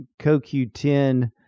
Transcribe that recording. CoQ10